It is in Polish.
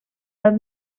nad